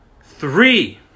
three